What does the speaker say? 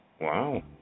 Wow